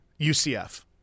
UCF